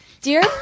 Dear